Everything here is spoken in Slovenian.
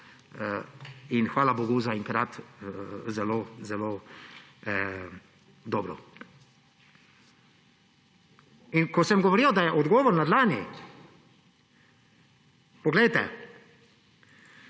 in hvala bogu zaenkrat zelo, zelo dobro. Ko sem govoril, da je odgovor na dlani, poglejte,